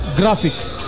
graphics